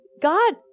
God